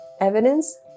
evidence